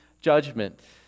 judgment